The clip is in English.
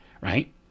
right